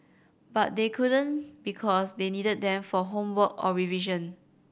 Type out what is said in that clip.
but they couldn't because they needed them for homework or revision